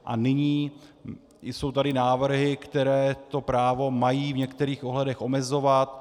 A nyní jsou tady návrhy, které to právo mají v některých ohledech omezovat.